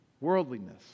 Worldliness